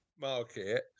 Market